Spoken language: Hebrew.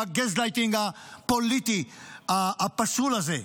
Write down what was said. עם הגזלייטינג הפוליטי הפסול הזה.